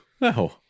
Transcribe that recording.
No